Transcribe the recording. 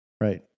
Right